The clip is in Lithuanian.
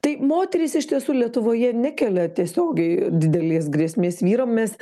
tai moterys iš tiesų lietuvoje nekelia tiesiogiai didelės grėsmės vyram mes